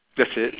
that's it